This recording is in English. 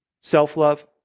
Self-love